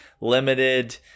limited